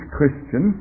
Christian